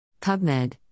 PubMed